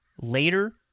later